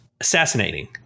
Assassinating